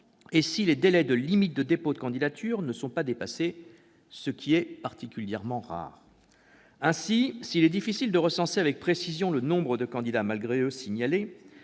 et si les délais limites de dépôt de candidature ne sont pas dépassés, ce qui est particulièrement rare. Ainsi, s'il est difficile de recenser avec précision le nombre de candidats malgré eux signalés,